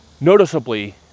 noticeably